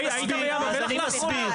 היית בים המלח לאחרונה?